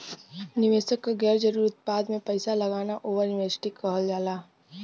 निवेशक क गैर जरुरी उत्पाद में पैसा लगाना ओवर इन्वेस्टिंग कहल जाला